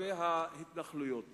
יש לי רק הערה לגבי ההתנחלויות